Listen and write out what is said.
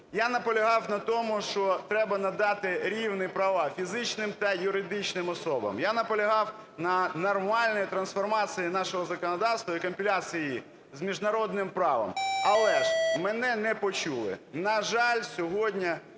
Я наполягав на тому, що треба надати рівні права фізичним та юридичним особам. Я наполягав на нормальній трансформації нашого законодавства і компіляції її з міжнародним правом, але ж мене не почули. На жаль, сьогодні